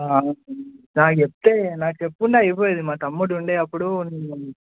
నాకు చెప్తే నాకు చెప్పుంటే అయిపోయేది మా తమ్ముడు ఉండే అప్పుడు